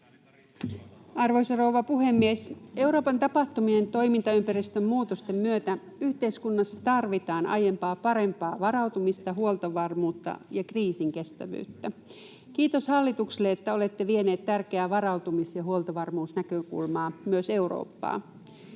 Arvoisa rouva puhemies! Euroopan tapahtumien toimintaympäristön muutosten myötä yhteiskunnassa tarvitaan aiempaa parempaa varautumista, huoltovarmuutta ja kriisinkestävyyttä. Kiitos hallitukselle, että olette vieneet tärkeää varautumis- ja huoltovarmuusnäkökulmaa myös Eurooppaan.